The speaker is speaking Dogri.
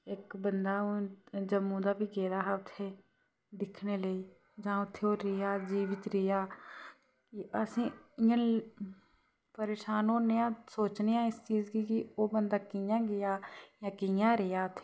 इक बंदा हून जम्मू दा बी गेदा हा उत्थे दिक्खने लेई जां उत्थे ओह् रेहा जीवित रेहा असें इ'यां परेशान होन्ने आं सोचने आं इस चीज गी कि ओह् बंदा कि'यां गेआ जां कि'यां रेहा उत्थै